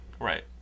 Right